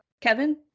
Kevin